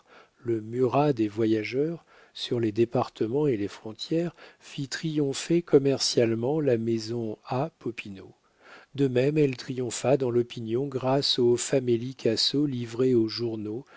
le murat des voyageurs sur les départements et les frontières fit triompher commercialement la maison a popinot de même elle triompha dans l'opinion grâce au famélique assaut livré aux journaux